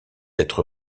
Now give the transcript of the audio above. être